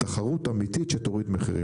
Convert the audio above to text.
תחרות אמיתית שתוריד מחירים,